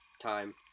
time